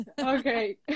Okay